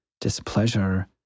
displeasure